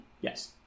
Yes